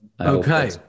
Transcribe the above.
Okay